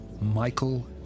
Michael